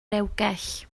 rewgell